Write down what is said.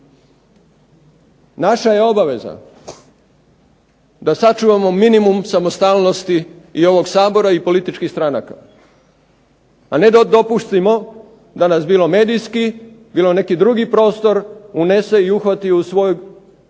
Naša je obaveza da sačuvamo minimum samostalnosti i ovog Sabora i političkih stranaka, a ne da dopustimo da nas bilo medijski bilo neki drugi prostor unese i uhvati u svoj